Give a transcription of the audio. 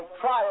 prior